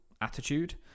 attitude